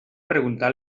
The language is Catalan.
preguntar